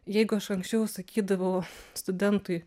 jeigu aš anksčiau sakydavau studentui